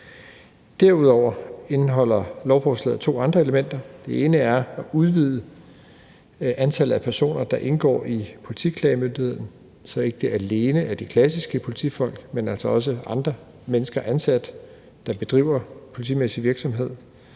Derudover indeholder lovforslaget to andre elementer. Det ene er at udvide antallet af personer, der indgår i politiklagemyndigheden, så det ikke alene er de klassiske politifolk, men altså også andre mennesker, der er ansat, og som bedriver politimæssig virksomhed